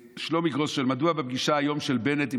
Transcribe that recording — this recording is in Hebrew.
שלומי גרוס שואל: מדוע בפגישה היום של בנט עם